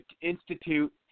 institute